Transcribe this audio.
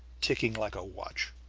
ticking like a watch.